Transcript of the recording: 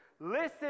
Listen